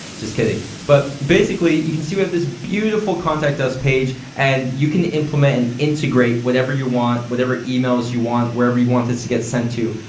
just kidding. but basically you can see we have this beautiful contact us page and you can implement and integrate whatever you want, whatever emails you want, wherever you want this to get sent to.